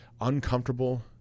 uncomfortable